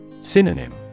Synonym